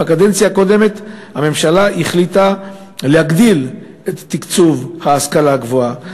בקדנציה הקודמת הממשלה החליטה להגדיל את תקציב ההשכלה הגבוהה,